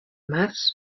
març